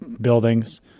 buildings